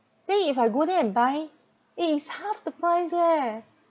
then if I go there and buy eh is half the price eh